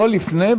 לא לפני,